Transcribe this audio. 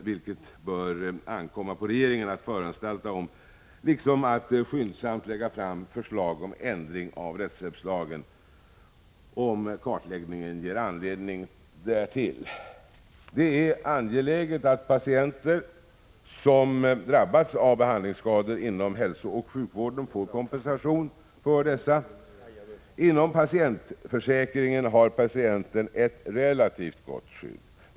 Det bör ankomma på regeringen att föranstalta om denna kartläggning liksom att skyndsamt lägga fram förslag om ändring av rättshjälpslagen, om kartläggningen ger anledning därtill. Det är angeläget att patienter som drabbats av behandlingsskador inom hälsooch sjukvården får kompensation för dessa. Inom patientförsäkringen har patienten ett relativt gott skydd.